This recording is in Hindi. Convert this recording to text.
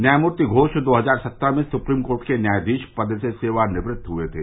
न्यायमूर्ति घोष दो हजार सत्रह में सुप्रीम कोर्ट के न्यायाधीश पद से सेवानिवृत्त हुए थे